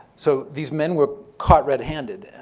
so these men were caught red handed. and